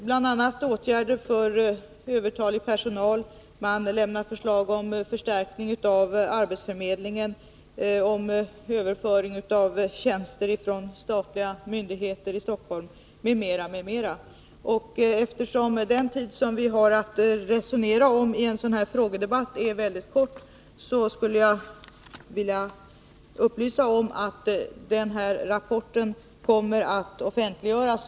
a. lämnar man förslag om åtgärder för övertalig personal, om förstärkning av arbetsförmedlingen, om överföring av tjänster från statliga myndigheter i Stockholm m.m. Eftersom den tid vi har för att diskutera är väldigt kort under en frågedebatt, skulle jag vilja upplysa om att rapporten kommer att offentliggöras.